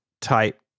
type